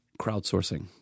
Crowdsourcing